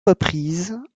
reprises